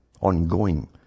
Ongoing